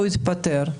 הוא יתפטר.